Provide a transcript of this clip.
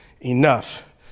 enough